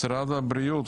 משרד הבריאות,